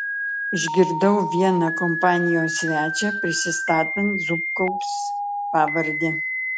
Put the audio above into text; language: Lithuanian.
išgirdau vieną kompanijos svečią prisistatant zubkaus pavarde